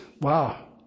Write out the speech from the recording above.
wow